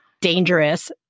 dangerous